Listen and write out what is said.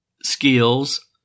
skills